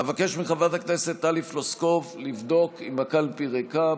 אבקש מחברת הכנסת טלי פלוסקוב לבדוק אם הקלפי ריקה,